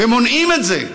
ומונעים את זה?